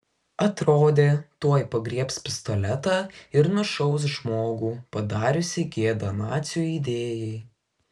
atrodė tuoj pagriebs pistoletą ir nušaus žmogų padariusį gėdą nacių idėjai